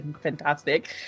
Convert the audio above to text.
fantastic